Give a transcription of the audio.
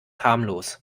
harmlos